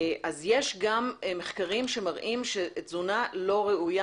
ויש גם מחקרים שמראים שתזונה לא ראויה